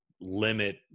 limit